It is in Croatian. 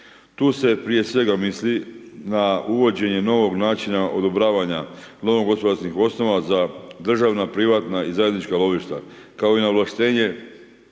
Tu se prije svega misli na uvođenje novog načina odobravanja lovno gospodarskih osnova za državna, privatna i zajednička lovišta kao i na ovlaštenje